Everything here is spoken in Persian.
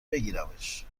بگیرمش